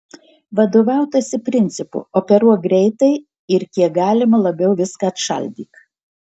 vadovautasi principu operuok greitai ir kiek galima labiau viską atšaldyk